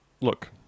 Look